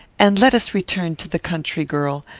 and let us return to the country-girl,